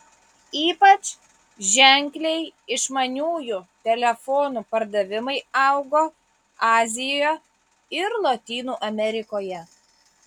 ypač ženkliai išmaniųjų telefonų pardavimai augo azijoje ir lotynų amerikoje